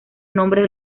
nombres